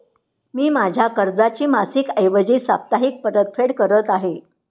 मी माझ्या कर्जाची मासिक ऐवजी साप्ताहिक परतफेड करत आहे